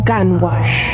Gunwash